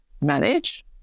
manage